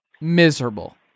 miserable